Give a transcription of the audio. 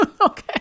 okay